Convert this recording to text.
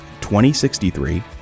2063